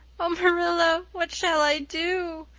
oh, marilla, what shall i do?